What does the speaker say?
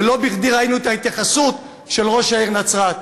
ולא בכדי ראינו את ההתייחסות של ראש העיר נצרת.